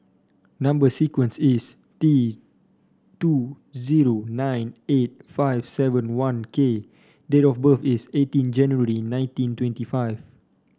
number sequence is T two zero nine eight five seven one K date of birth is eighteen January nineteen twenty five